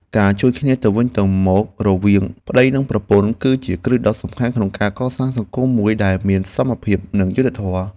ការជួយគ្នាទៅវិញទៅមករវាងប្តីនិងប្រពន្ធ គឺជាគ្រឹះដ៏សំខាន់ក្នុងការកសាងសង្គមមួយដែលមានសមភាពនិងយុត្តិធម៌។